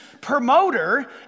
promoter